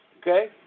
Okay